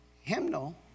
hymnal